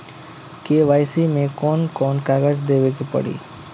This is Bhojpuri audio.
के.वाइ.सी मे कौन कौन कागज देवे के पड़ी?